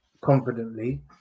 confidently